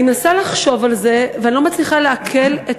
אני מנסה לחשוב על זה ואני לא מצליחה לעכל את